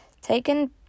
Taken